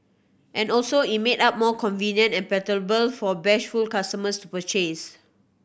and also it made up more convenient and palatable for bashful customers to purchase